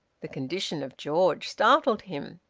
the condition of george startled him.